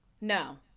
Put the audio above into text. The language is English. No